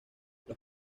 los